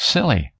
Silly